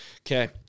Okay